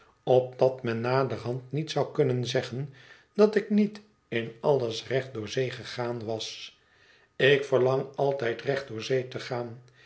opdat men naderhand niet zou kunnen zeggen dat ik niet in alles recht door zee gegaan was ik verlang altijd recht door zee te gaan